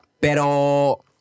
Pero